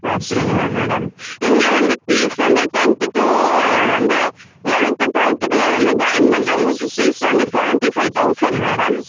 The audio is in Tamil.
அப்படிங்களா மேடம் இங்கே வந்து ஃபீஸ் வந்து டென்த்து டு வந்து லெவன்த்து டுவல்த்துக்கெலாம் வந்து ஜாய்ன் பண்ணுறவுங்களுக்கு ஃபீஸ் வந்து செவன்ட்டி ஃபைவ் தெளசண்ட் மேடம்